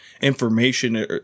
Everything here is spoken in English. information